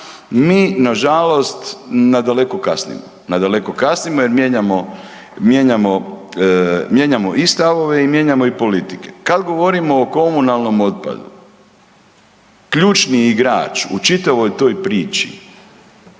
mi nažalost nadaleko kasnimo, nadaleko kasnimo jer mijenjamo, mijenjamo, mijenjamo i stavove i mijenjamo i politike. Kad govorimo o komunalnom otpadu ključni je igrač u čitavoj toj priči